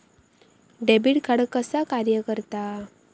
Debit card कसा कार्य करता?